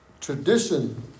tradition